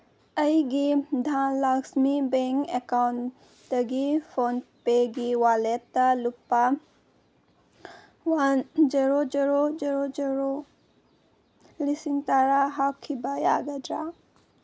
ꯑꯩꯒꯤ ꯙꯥꯟ ꯂꯛꯁꯃꯤ ꯕꯦꯡꯛ ꯑꯦꯀꯥꯎꯟꯇꯒꯤ ꯐꯣꯟꯄꯦꯒꯤ ꯋꯥꯂꯦꯠꯇ ꯂꯨꯄꯥ one zero zero zero zero ꯂꯤꯁꯤꯡ ꯇꯔꯥ ꯍꯥꯞꯈꯤꯕ ꯌꯥꯒꯗ꯭ꯔꯥ